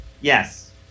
Yes